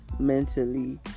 Mentally